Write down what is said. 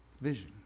vision